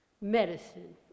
medicine